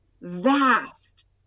vast